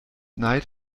neid